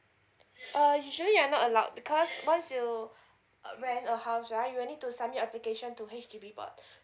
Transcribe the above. uh usually are not allowed because once you uh rent a house right you will need to submit application to H_D_B board